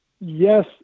yes